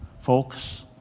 Folks